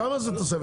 כמה זה תוספת?